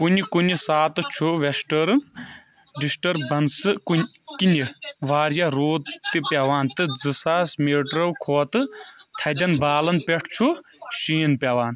کُنہِ کُنہِ ساتہٕ چھُ ویسٹٲرن ڈسٹربنس کُنہِ کِنہِ واریاہ روٗد تہِ پٮ۪وان، تہٕ زٕ ساس میٹرو کھۄتہٕ تھدٮ۪ن بالن پٮ۪ٹھ چھُ شیٖن پٮ۪وان